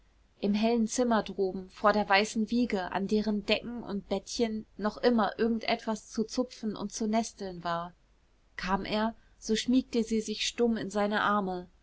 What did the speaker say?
im hellen zimmer droben vor der weißen wiege an deren decken und bettchen noch immer irgend etwas zu zupfen und zu nesteln war kam er so schmiegte sie sich stumm in seine arme